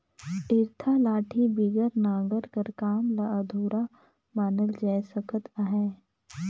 इरता लाठी बिगर नांगर कर काम ल अधुरा मानल जाए सकत अहे